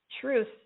truth